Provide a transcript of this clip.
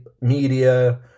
media